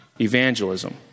evangelism